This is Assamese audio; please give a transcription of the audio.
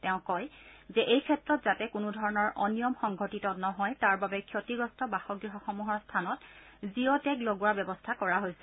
তেওঁ কয় যে এইক্ষেত্ৰত যাতে কোনোধৰণৰ অনিয়ম সংঘটিত নহয় তাৰ বাবে ক্ষতিগ্ৰস্ত বাসগৃহসমূহৰ স্থানত জিঅ' টেগ লগোৱাৰ ব্যৱস্থা কৰা হৈছে